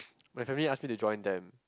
my family ask me to join them